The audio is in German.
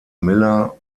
miller